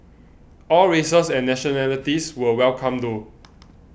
all races and nationalities were welcome though